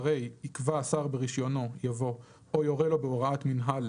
אחרי "יקבע השר ברישיונו" יבוא "או יורה לו בהוראת מינהל,